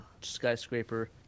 skyscraper